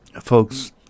folks